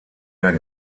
der